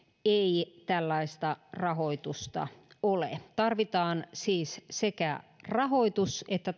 ei tällaista rahoitusta ole tarvitaan siis sekä rahoitus että